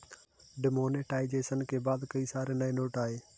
demonetisation के बाद कई सारे नए नोट आये